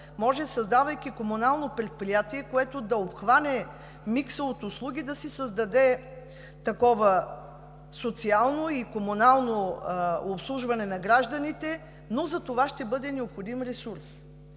може, създавайки комунално предприятие, което да обхване микса от услуги, да си създаде такова социално и комунално обслужване на гражданите, но за това ще бъде необходим ресурс.